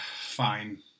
Fine